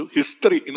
History